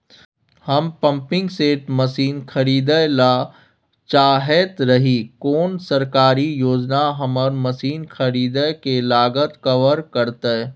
हम pumping set machine खरीदैय ल चाहैत रही कोन सरकारी योजना हमर मसीन खरीदय के लागत कवर करतय?